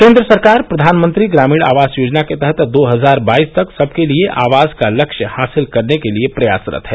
केन्द्र सरकार प्रधानमंत्री ग्रामीण आवास योजना के तहत दो हजार बाईस तक सबके लिए आवास का लक्ष्य हासिल करने के लिए प्रयासरत है